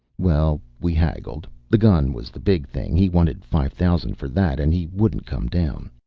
well, we haggled. the gun was the big thing he wanted five thousand for that and he wouldn't come down.